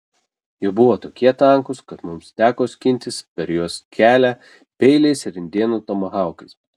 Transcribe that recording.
jie buvo tokie tankūs kad mums teko skintis per juos kelią peiliais ir indėnų tomahaukais